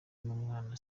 n’umwana